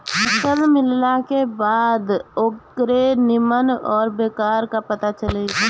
फसल मिलला के बाद ओकरे निम्मन आ बेकार क पता चली